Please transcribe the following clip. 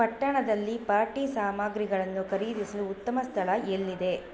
ಪಟ್ಟಣದಲ್ಲಿ ಪಾರ್ಟಿ ಸಾಮಗ್ರಿಗಳನ್ನು ಖರೀದಿಸಲು ಉತ್ತಮ ಸ್ಥಳ ಎಲ್ಲಿದೆ